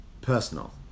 Personal